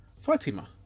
Fatima